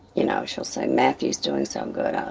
you know she'll say mathew's doing so good, um